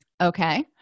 Okay